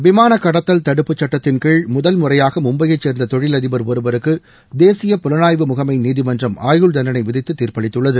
விமான கடத்தல் தடுப்பு சட்டத்தின் கீழ் முதல் முறையாக மும்பையைச்சேர்ந்த தொழில் அதிபர் ஒருவருக்கு தேசிய புலனாய்வு முகமை நீதிமன்றம் ஆயுள்தண்டனை விதித்து தீர்ப்பளித்துள்ளது